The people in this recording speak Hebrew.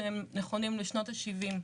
שהם נכונים לשנות ה-70,